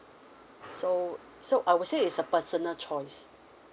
so so I would say it's a personal choice